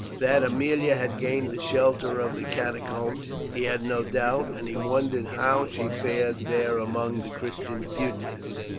that aemilia had gained the shelter of the catacombs he had no doubt, and he wondered how she fared there among the christian fugitives.